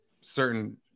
certain